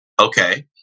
okay